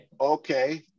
Okay